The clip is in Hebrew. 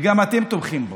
וגם אתם תומכים בו.